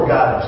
God